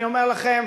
אני אומר לכם,